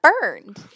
burned